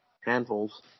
handfuls